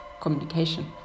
communication